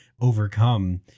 overcome